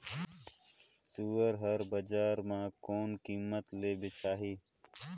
सुअर हर बजार मां कोन कीमत ले बेचाही?